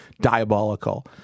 diabolical